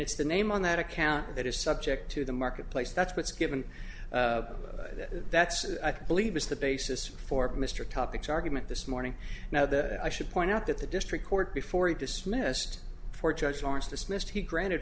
it's the name on that account that is subject to the marketplace that's what's given that that's i believe is the basis for mr topics argument this morning now that i should point out that the district court before he dismissed before judge barnes dismissed he granted